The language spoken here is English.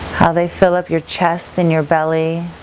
how they fill up your chest and your belly.